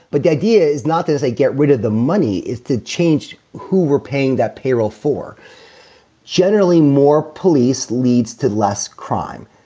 but the idea is not as they get rid of the money, is to change who were paying that payroll for generally more police leads to less crime.